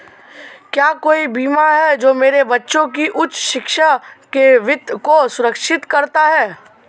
क्या कोई बीमा है जो मेरे बच्चों की उच्च शिक्षा के वित्त को सुरक्षित करता है?